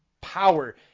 power